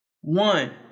One